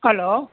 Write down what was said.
hello